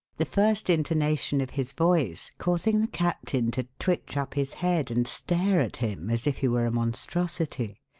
the first intonation of his voice causing the captain to twitch up his head and stare at him as if he were a monstrosity.